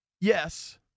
Yes